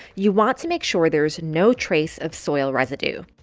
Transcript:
you want to make sure there's no trace of soil residue